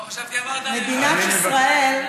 לא, חשבתי, מדינת ישראל,